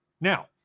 Now